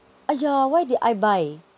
!aiya! why did I buy